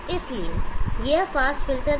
इसलिए यह fast filter है